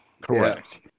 correct